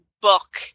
book